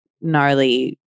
gnarly